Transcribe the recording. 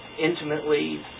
intimately